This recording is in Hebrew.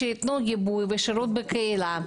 שייתנו גיבוי ושירות בקהילה,